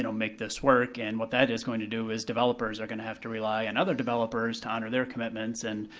make this work, and what that is going to do is developers are gonna have to rely on other developers to honor their commitments, and,